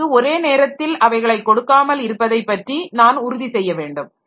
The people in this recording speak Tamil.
அவற்றிற்கு ஒரே நேரத்தில் அவைகளை கொடுக்காமல் இருப்பதை பற்றி நான் உறுதி செய்ய வேண்டும்